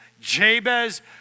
Jabez